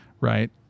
right